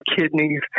kidneys